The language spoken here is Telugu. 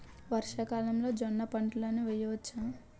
వర్షాకాలంలో జోన్న పంటను వేయవచ్చా?